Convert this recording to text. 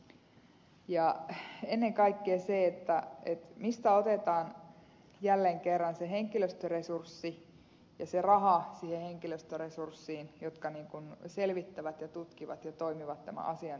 ja ennen kaikkea mistä otetaan jälleen kerran se henkilöstöresurssi ja se raha siihen henkilöstöresurssiin joka selvittää ja tutkii ja toimii tämän asian ympärillä